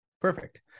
perfect